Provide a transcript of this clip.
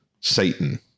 Satan